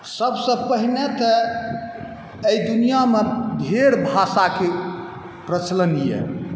सबसँ पहिने तऽ एहि दुनिआमे ढेर भाषाके प्रचलन अइ